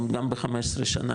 גם ב-15 שנה,